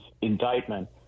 indictment